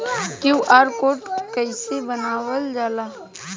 QR code कइसे बनवाल जाला?